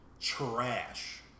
Trash